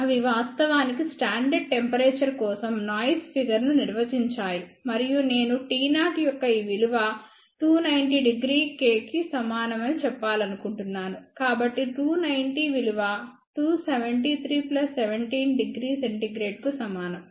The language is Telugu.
అవి వాస్తవానికి స్టాండర్డ్ టెంపరేచర్ కోసం నాయిస్ ఫిగర్ ను నిర్వచించాయి మరియు నేను T0 యొక్క ఈ విలువ 290° K కి సమానమని చెప్పాలనుకుంటున్నాను కాబట్టి 290 విలువ 273 17° C కు సమానం